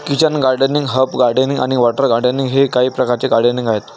kitchen gardening, herb gardening आणि water gardening हे काही प्रकारचे गार्डनिंग आहेत